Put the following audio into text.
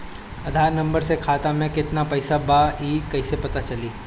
आधार number से खाता में केतना पईसा बा ई क्ईसे पता चलि?